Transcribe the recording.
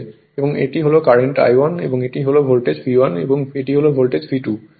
এবং এটি হল কারেন্ট I1 এবং এটি হল ভোল্টেজ V1 এবং এটি হল ভোল্টেজ V2